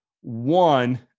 one